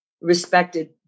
respected